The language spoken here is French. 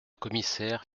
commissaire